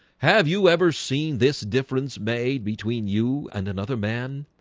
have you ever seen this difference made between you and another man?